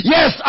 Yes